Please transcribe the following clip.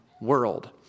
world